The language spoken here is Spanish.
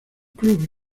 cruz